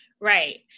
Right